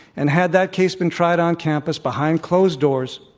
and had that case been tried on campus behind closed doors,